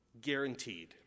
guaranteed